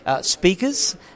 speakers